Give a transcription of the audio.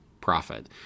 profit